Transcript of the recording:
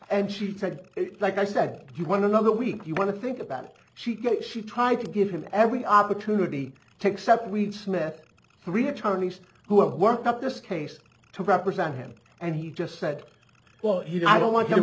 and she said it like i said if you want another week you want to think about it she got she tried to give him every opportunity takes up weeds met three attorneys who have worked up this case to represent him and he just said well you know i don't want to